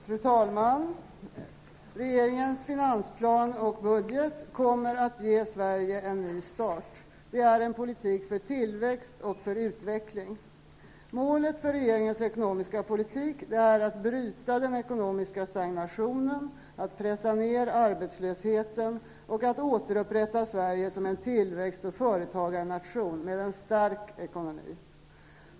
Fru talman! Regeringens finansplan och budget kommer att ge Sverige en ny start. Det är en politik för tillväxt och utveckling. Målet för regeringens ekonomiska politik är att bryta den ekonomiska stagnationen, att pressa ned arbetslösheten och att återupprätta Sverige som en tillväxt och företagarnation med en stark ekonomi.